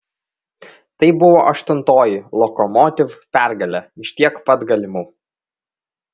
tai buvo aštuntoji lokomotiv pergalė iš tiek pat galimų